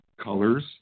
colors